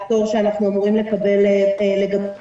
לקבל מארנונה.